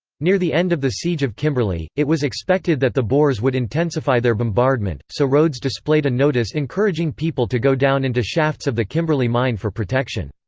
near the end of the siege of kimberley, it was expected that the boers would intensify their bombardment, so rhodes displayed a notice encouraging people to go down into shafts of the kimberley mine for protection.